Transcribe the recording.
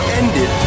ended